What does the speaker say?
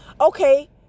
Okay